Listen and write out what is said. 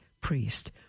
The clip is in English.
priest